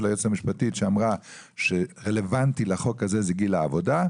היועצת המשפטית שאמרה שרלוונטי לחוק הזה זה גיל העבודה,